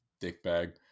dickbag